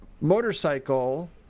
motorcycle